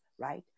right